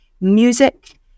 music